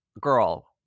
girl